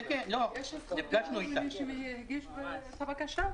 --- למי שהגיש את הבקשה?